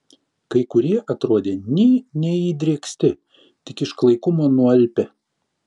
kai kurie atrodė nė neįdrėksti tik iš klaikumo nualpę